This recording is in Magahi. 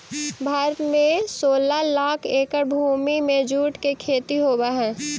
भारत में सोलह लाख एकड़ भूमि में जूट के खेती होवऽ हइ